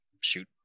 shoot